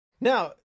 Now